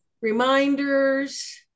reminders